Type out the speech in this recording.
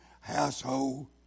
household